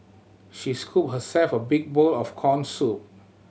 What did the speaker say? she scooped herself a big bowl of corn soup